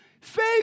faith